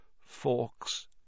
Forks